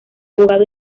abogado